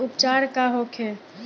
उपचार का होखे?